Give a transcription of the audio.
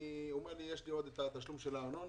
הוא אומר לי: יש לי עוד את התשלום של הארנונה,